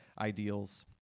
ideals